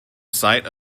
site